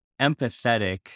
empathetic